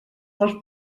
els